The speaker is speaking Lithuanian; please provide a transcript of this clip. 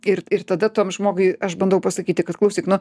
ir ir tada tam žmogui aš bandau pasakyti kad klausyk nu